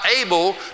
able